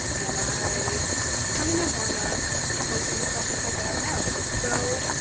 and i kind of want to open this up and check it out now. so